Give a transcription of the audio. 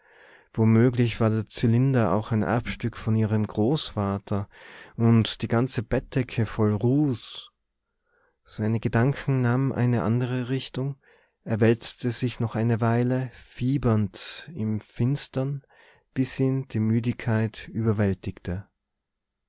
er womöglich war der zylinder auch ein erbstück von ihrem großvater und die ganze bettdecke voll ruß seine gedanken nahmen eine andere richtung er wälzte sich noch eine weile fiebernd im finstern bis ihn die müdigkeit überwältigte